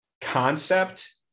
concept